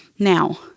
Now